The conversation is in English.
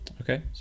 okay